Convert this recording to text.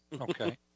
okay